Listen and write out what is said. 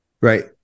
right